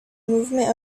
movement